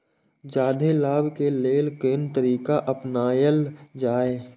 जादे लाभ के लेल कोन तरीका अपनायल जाय?